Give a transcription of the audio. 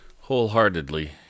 wholeheartedly